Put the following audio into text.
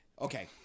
Okay